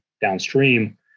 downstream